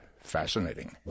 fascinating